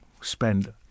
spend